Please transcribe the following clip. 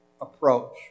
approach